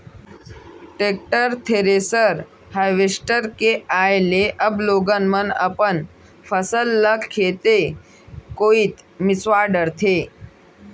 tractor, thresher, harvester के आए ले अब लोगन मन अपन फसल ल खेते कोइत मिंसवा डारथें